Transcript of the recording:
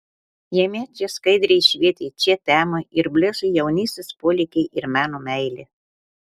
jame čia skaidriai švietė čia temo ir blėso jaunystės polėkiai ir meno meilė